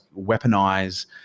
weaponize